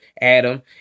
Adam